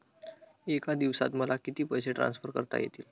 एका दिवसात मला किती पैसे ट्रान्सफर करता येतील?